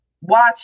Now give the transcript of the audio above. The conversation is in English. Watch